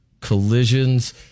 collisions